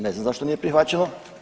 Ne znam zašto nije prihvaćeno.